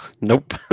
Nope